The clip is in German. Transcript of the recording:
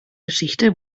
geschichte